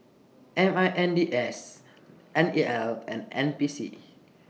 M I N D S N E L and N P C